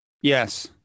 Yes